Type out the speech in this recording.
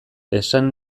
esan